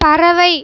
பறவை